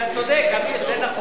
אתה צודק, עמיר,